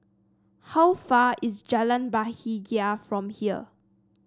how far away is Jalan Bahagia from here